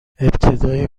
ابتدای